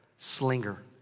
slinger.